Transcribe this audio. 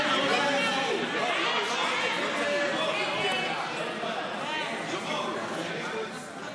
לוועדה את הצעת חוק-יסוד: כבוד האדם וחירותו (תיקון,